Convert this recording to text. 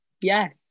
Yes